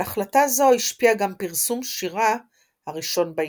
על החלטה זו השפיע גם פרסום שירה הראשון בעיתון.